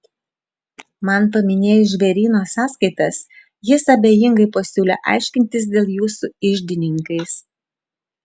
man paminėjus žvėryno sąskaitas jis abejingai pasiūlė aiškintis dėl jų su iždininkais